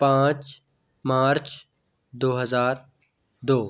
पाँच मार्च दो हजार दो